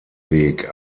weg